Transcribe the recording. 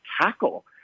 tackle